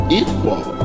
equal